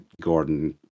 Gordon